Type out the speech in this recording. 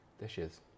dishes